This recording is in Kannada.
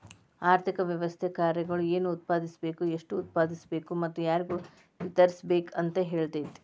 ಆರ್ಥಿಕ ವ್ಯವಸ್ಥೆ ಕಾರ್ಯಗಳು ಏನ್ ಉತ್ಪಾದಿಸ್ಬೇಕ್ ಎಷ್ಟು ಉತ್ಪಾದಿಸ್ಬೇಕು ಮತ್ತ ಯಾರ್ಗೆ ವಿತರಿಸ್ಬೇಕ್ ಅಂತ್ ಹೇಳ್ತತಿ